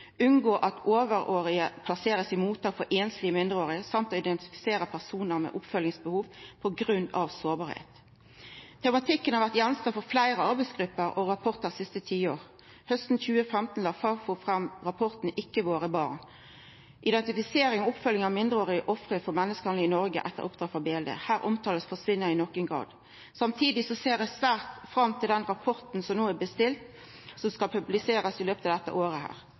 unngå at overårige blir plasserte i mottak for einslege mindreårige, og å identifisera personar med oppfølgingsbehov på grunn av sårbarheit. Tematikken har vore gjenstand for fleire arbeidsgrupper og rapportar det siste tiåret. Hausten 2015 la Fafo fram rapporten «Ikke våre barn – Identifisering og oppfølging av mindreårige ofre for menneskehandel i Norge» etter oppdrag frå BLD. Her blir forsvinningar omtalte til ein viss grad. Samtidig ser eg svært fram til den rapporten som no er bestilt, som skal bli publisert i løpet av dette året.